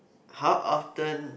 how often